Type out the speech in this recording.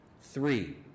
Three